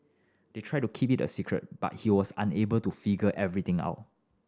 they tried to keep it a secret but he was unable to figure everything out